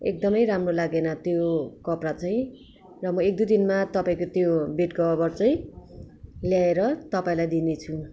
एकदमै राम्रो लागेन त्यो कपडा चाहिँ र म एक दुईदिनमा तपाईँको त्यो बेडकभर चाहिँ ल्याएर तपाईँलाई दिने छु